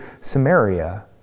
Samaria